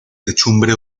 techumbre